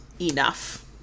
enough